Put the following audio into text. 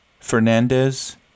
Fernandez